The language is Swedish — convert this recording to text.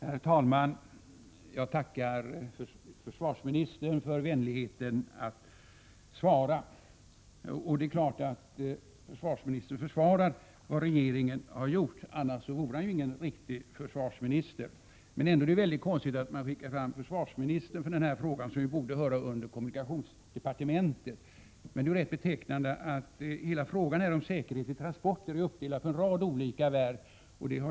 Herr talman! Jag tackar försvarsministern för vänligheten att svara. Det är klart att försvarsministern försvarar vad regeringen har gjort — annars vore han ju ingen riktig försvarsminister. Ändå är det väldigt konstigt att man skickar fram försvarsministern i den här frågan, som ju borde höra under kommunikationsdepartementet. Men det är rätt betecknande att hela frågan om säkerhet vid transporter är uppdelad på en rad olika verk.